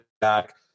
back